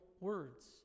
words